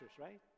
right